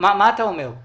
הרשויות העניות נפגעות.